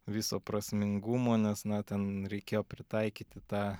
viso prasmingumo nes na ten reikėjo pritaikyti tą